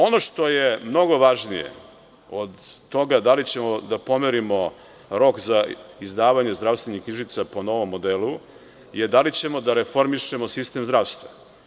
Ono što je mnogo važnije od toga da li ćemo da pomerimo rok za izdavanje zdravstvenih knjižica po novom modelu je da li ćemo da reformišemo sistem zdravstva.